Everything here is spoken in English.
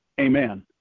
amen